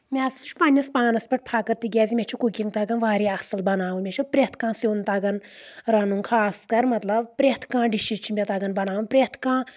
مےٚ ہسا چھُ پنٕنِس پانَس پؠٹھ فخٕر تِکیازِ مےٚ چھِ کُکِنٛگ تگان واریاہ اَصٕل بناوٕنۍ مےٚ چھِ پرؠتھ کانٛہہ سیُن تگان رنُن خاص کر مطلب پرؠتھ کانٛہہ ڈِشِز چھِ مےٚ تَگان بناوُن پرٛؠتھ کانٛہہ